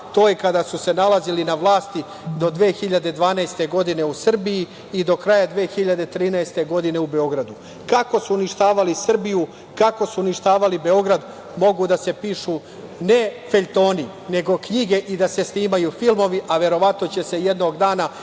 to je kada su se nalazili na vlasti do 2012. godine u Srbiji i do kraja 2013. godine u Beogradu. Kako su uništavali Srbiju, kako su uništavali Beograd, mogu da se pišu ne feljtoni, nego knjige i da se snimaju filmovi, a verovatno će se jednog dana